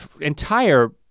entire